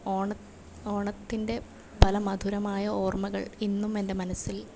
ഓണ ഓണത്തിൻ്റെ പല മധുരമായ ഓർമ്മകൾ ഇന്നും എൻ്റെ മനസ്സിൽ